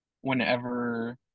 whenever